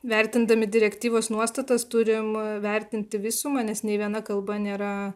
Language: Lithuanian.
vertindami direktyvos nuostatas turim vertinti visumą nes nei viena kalba nėra